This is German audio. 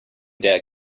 der